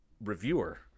reviewer